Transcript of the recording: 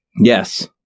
Yes